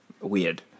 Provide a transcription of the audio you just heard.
weird